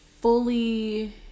fully